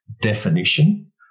definition